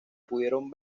pudieron